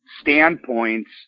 standpoints